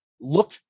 look